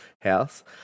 House